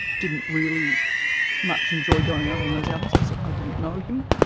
didn't really much enjoy going out on those outings because i i didn't know him,